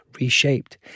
reshaped